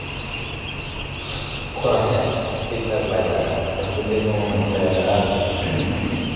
ᱠᱷᱚᱨᱟᱭᱟ ᱴᱷᱤᱠᱼᱴᱷᱟᱠ ᱵᱟᱭ ᱫᱟᱜᱟ ᱡᱟᱹᱯᱩᱫ ᱫᱤᱱ ᱦᱚᱸ ᱚᱱᱮ ᱚᱱᱠᱟᱭᱟᱭ ᱟᱨ